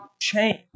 change